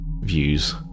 views